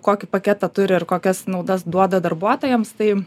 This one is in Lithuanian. kokį paketą turi ir kokias naudas duoda darbuotojams tai